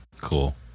cool